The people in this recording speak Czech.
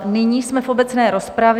Nyní jsme v obecné rozpravě.